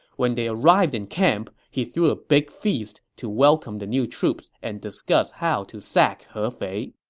when they arrived in camp, he threw a big feast to welcome the new troops and discuss how to sack hefei